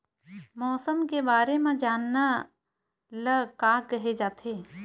मौसम के बारे म जानना ल का कहे जाथे?